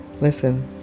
Listen